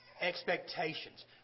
expectations